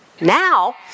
Now